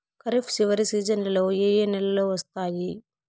ఖరీఫ్ చివరి సీజన్లలో ఏ ఏ నెలలు వస్తాయి